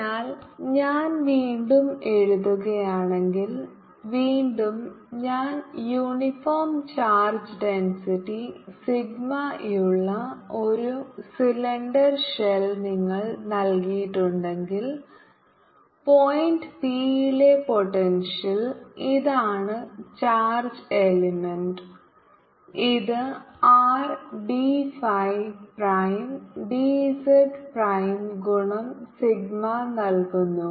അതിനാൽ ഞാൻ വീണ്ടും എഴുതുകയാണെങ്കിൽ വീണ്ടും ഞാൻ യൂണിഫോം ചാർജ് ഡെൻസിറ്റി സിഗ്മയുള്ള ഒരു സിലിണ്ടർ ഷെൽ നിങ്ങൾ നൽകിയിട്ടുണ്ടെങ്കിൽ പോയിന്റ് p ലെ പോട്ടെൻഷ്യൽ ഇതാണ് ചാർജ് എലമെൻറ് ഇത് R d phi prime d z prime ഗുണം സിഗ്മ നൽകുന്നു